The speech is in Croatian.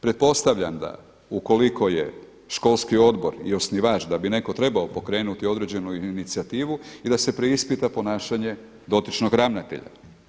Pretpostavljam da ukoliko je školski odbor osnivač, da bi netko trebao pokrenuti određenu inicijativu i da se preispita ponašanje dotičnog ravnatelja.